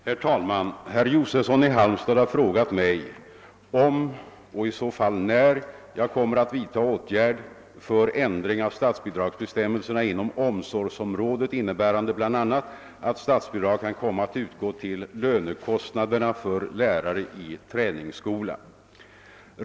Herr talman! Herr Josefsson i Halmstad har frågat mig, om och i så fall när jag kommer att vidta åtgärd för ändring av statsbidragsbestämmelserna inom omsorgsområdet, innebärande bl.a. att statsbidrag kan komma att utgå till lönekostnaderna för lärare i träningsskola.